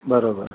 बरोबरि